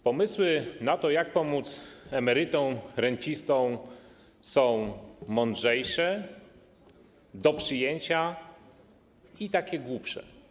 Pomysły na to, jak pomóc emerytom, rencistom są i mądrzejsze, do przyjęcia, i takie głupsze.